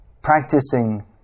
practicing